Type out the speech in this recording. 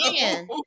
man